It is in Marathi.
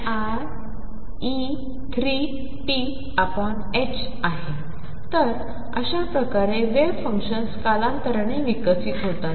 आहेतर अशाप्रकारेवेव्हफंक्शन्सकालांतरानेविकसितहोतात